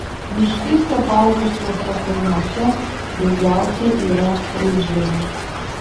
miškais apaugusiuose kalnuose daugiausiai yra rudžemių